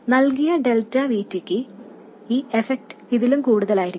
നൽകിയ delta V T യ്ക്ക് ഈ എഫെക്ട് ഇതിലും കൂടുതലായിരിക്കും